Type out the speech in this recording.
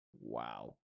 Wow